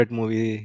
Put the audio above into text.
movie